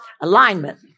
alignment